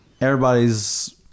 everybody's